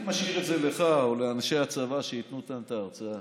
אני משאיר את זה לך או לאנשי הצבא שייתנו כאן את ההרצאה.